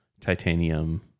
titanium